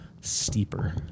steeper